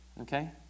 okay